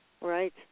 Right